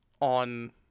on